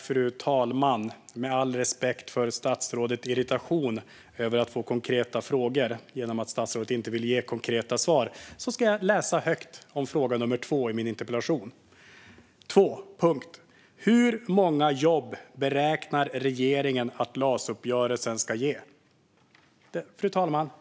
Fru talman! Med all respekt för statsrådets irritation över att få konkreta frågor när hon inte vill ge konkreta svar ska jag läsa den andra frågan i min interpellation högt: "2. Hur många jobb beräknar regeringen att LAS-uppgörelsen ska ge?"